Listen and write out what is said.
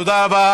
תודה רבה.